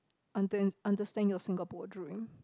under~ understand your Singapore dream